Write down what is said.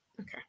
Okay